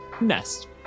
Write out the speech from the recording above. nest